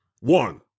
One